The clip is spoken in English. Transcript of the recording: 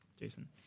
Jason